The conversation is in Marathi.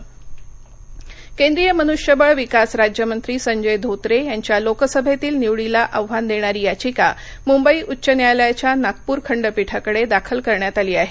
याचिका केंद्रीय मनुष्यबळ विकास राज्यमंत्री संजय धोत्रे यांच्या लोकसभेतील निवडीला आव्हान देणारी याचिका मुंबई उच्च न्यायालयाच्या नागपूर खंडपीठाकडे दाखल करण्यात आली आहे